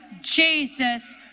Jesus